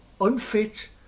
unfit